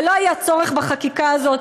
ולא היה צורך בחקיקה הזאת.